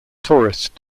tourist